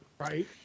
right